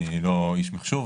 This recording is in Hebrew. אני לא איש מחשוב,